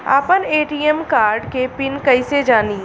आपन ATM card के PIN कईसे जानी?